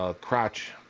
Crotch